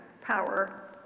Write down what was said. power